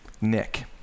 Nick